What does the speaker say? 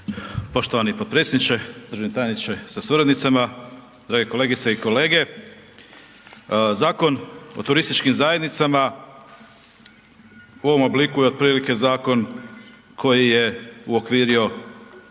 Poštovani potpredsjedniče, državni tajniče sa suradnicama, drage kolegice i kolege. Zakon o turističkim zajednicama u ovom obliku je otprilike zakon koji je uokvirio poprilično